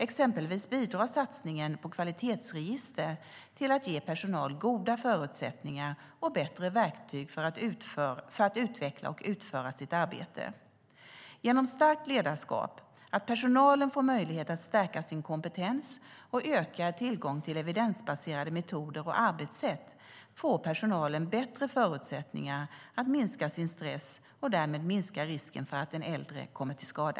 Exempelvis bidrar satsningen på kvalitetsregister till att ge personal goda förutsättningar och bättre verktyg för att utveckla och utföra sitt arbete. Genom starkt ledarskap, att personalen får möjlighet att stärka sin kompetens och ökad tillgång till evidensbaserade metoder och arbetssätt får personalen bättre förutsättningar att minska sin stress och därmed minska risken för att den äldre kommer till skada.